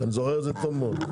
אני זוכר את זה טוב מאוד.